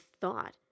thought